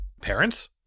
Parents